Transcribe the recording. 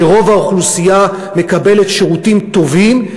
שרוב האוכלוסייה מקבלת שירותים טובים.